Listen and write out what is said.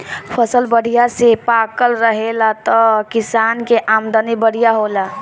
फसल बढ़िया से पाकल रहेला त किसान के आमदनी बढ़िया होला